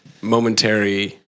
momentary